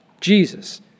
Jesus